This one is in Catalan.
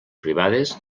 privades